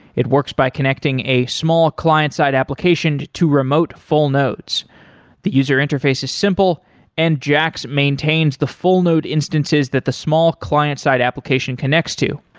it works by connecting a small client site application to remote full nodes the user interface is simple and jaxx maintains the full node instances that the small client site application connects to.